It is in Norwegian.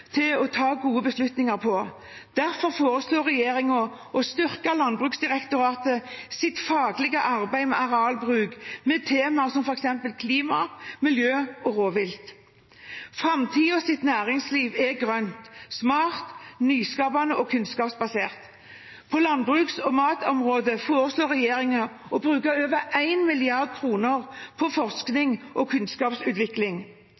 til å ta gode beslutninger. Derfor foreslår regjeringen å styrke Landbruksdirektoratets faglige arbeid med arealbruk, med temaer som f.eks. klima, miljø og rovvilt. Framtidens næringsliv er grønt, smart, nyskapende og kunnskapsbasert. På landbruks- og matområdet foreslår regjeringen å bruke over 1 mrd. kr på